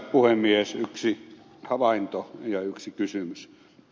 yksi havainto ja yksi kysymys